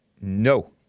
No